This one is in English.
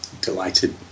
delighted